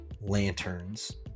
Lanterns